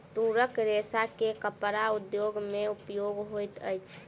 तूरक रेशा के कपड़ा उद्योग में उपयोग होइत अछि